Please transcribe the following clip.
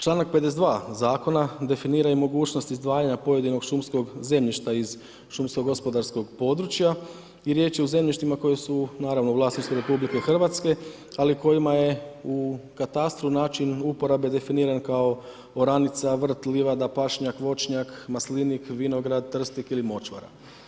Čl. 52. zakona definira i mogućnost izdvajanja pojedinog šumskog zemljišta iz šumsko gospodarskog područja i riječ je o zemljištima koji su naravno u vlasništvu RH, ali kojima je u katastru način uporabe definiran kao oranica, vrt, livada, pašnjak, voćnjak, maslinik, vinograd, trsnik ili močvara.